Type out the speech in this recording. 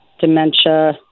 dementia